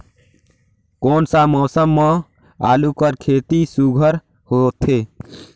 कोन सा मौसम म आलू कर खेती सुघ्घर होथे?